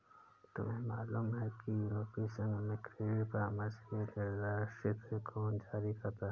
तुम्हें मालूम है कि यूरोपीय संघ में क्रेडिट परामर्श हेतु दिशानिर्देश कौन जारी करता है?